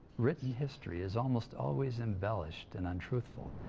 written history is almost always embellished and untruthful.